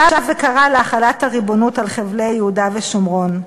שב וקרא להחלת הריבונות על חבלי יהודה ושומרון.